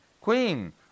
Queen